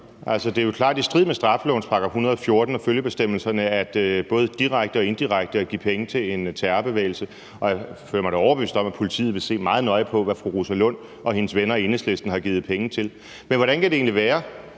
det er jo klart i strid med straffelovens § 114 og følgebestemmelserne både direkte og indirekte at give penge til en terrorbevægelse. Jeg føler mig da overbevist om, at politiet vil se meget nøje på, hvad fru Rosa Lund og hendes venner i Enhedslisten har givet penge til. Men hvordan kan det egentlig være,